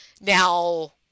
Now